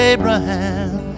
Abraham